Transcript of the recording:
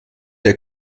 der